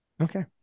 Okay